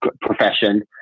profession